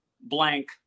blank